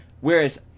Whereas